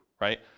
right